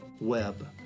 web